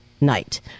night